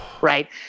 right